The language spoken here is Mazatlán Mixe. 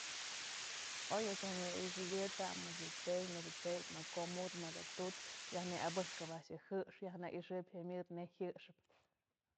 Oy a'ax yaj nënyë i'ixëyi tamës yë t'sey, në ko'o tse'ey a'ax ma konmukëp mëd je'e tu'ukë yaj në abëjkëp yë jëx, yaj në'ixëp jyamyëd neyb jëxëp.